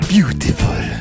Beautiful